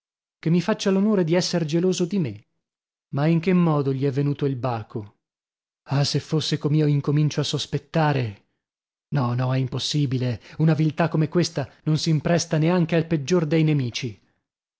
che mi faccia l'onore di esser geloso di me ma in che modo gli è venuto il baco ah se fosse com'io incomincio a sospettare no no è impossibile una viltà come questa non s'impresta neanche al peggior dei nemici